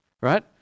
right